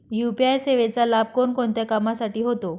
UPI सेवेचा लाभ कोणकोणत्या कामासाठी होतो?